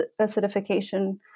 acidification